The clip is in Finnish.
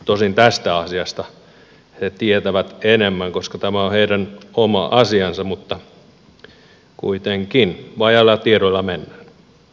tosin tästä asiasta he tietävät enemmän koska tämä on heidän oma asiansa mutta kuitenkin vajailla tiedoilla mennään